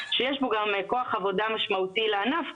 שיש בו גם כוח עובדה משמעותי לענף.